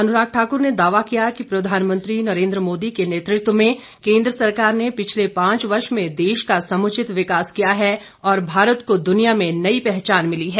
अनुराग ठाकुर ने दावा किया कि प्रधानमंत्री नरेंद्र मोदी के नेतृत्व में केंद्र सरकार ने पिछले पांच वर्ष में देश का समुचित विकास किया है और भारत को दुनिया में नई पहचान मिली है